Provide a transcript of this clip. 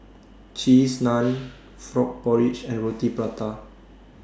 Cheese Naan Frog Porridge and Roti Prata